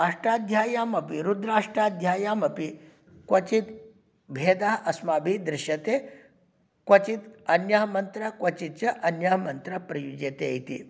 अष्टाध्याय्याम् अपि रुद्राष्टाध्याय्याम् अपि क्वचित् भेदः अस्माभिः दृश्यते क्वचित् अन्यः मन्त्रः क्वचित् च अन्यः मन्त्रः प्रयुज्यते इति